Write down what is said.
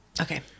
Okay